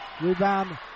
Rebound